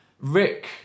Rick